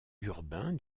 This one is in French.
urbain